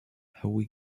howe